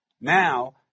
Now